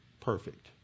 perfect